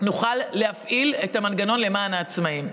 נוכל להפעיל את המנגנון למען העצמאים.